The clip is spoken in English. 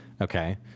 Okay